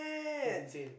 he's insane